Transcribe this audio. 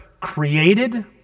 created